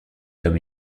comme